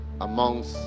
amongst